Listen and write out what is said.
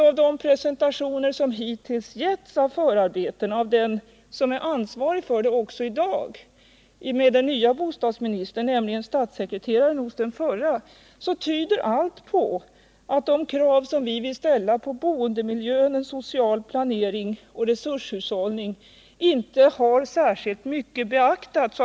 Av de presentationer som den som är ansvarig för förarbetena till bygglagen också i dag hos den nya bostadsministern, nämligen statssekreteraren hos den förra bostadsministern, hittills gett, tyder allt på att de krav som vi vill ställa på boendemiljö — social planering och resurshushållning inte särskilt mycket har beaktats.